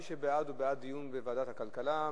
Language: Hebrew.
מי שבעד, הוא בעד דיון בוועדת הכלכלה.